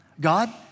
God